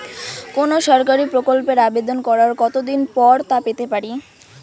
কোনো সরকারি প্রকল্পের আবেদন করার কত দিন পর তা পেতে পারি?